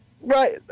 right